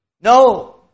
No